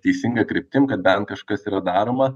teisinga kryptim kad bent kažkas yra daroma